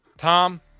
Tom